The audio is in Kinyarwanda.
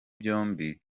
byombi